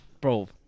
bro